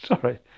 sorry